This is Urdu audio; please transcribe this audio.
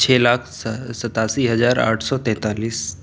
چھ لاکھ ستاسی ہزار آٹھ سو تینتالیس